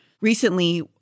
Recently